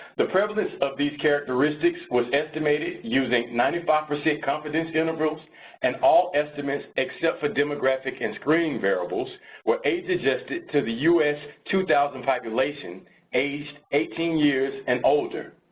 the prevalence of these characteristics was estimated using ninety five percent confidence intervals and all estimates except for demographic and screening variables were age age adjusted to the us two thousand population aged eighteen years and older.